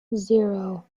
zero